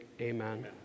amen